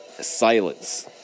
silence